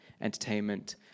entertainment